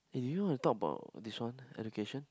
eh do you want to talk about this one education